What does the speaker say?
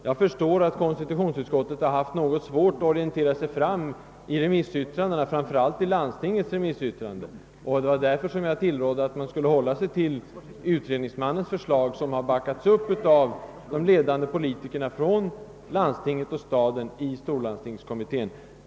Jag förstår att konstitutionsutskottet haft svårt att orientera sig fram i remissyttrandena, framför allt i landstingets eget remissyttrande, och därför tillrådde jag att man skulle hålla sig till utredningsmannens förslag, vilket backats upp av de ledande politikerna från landstinget och staden i storlandstingskommittén.